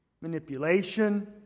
manipulation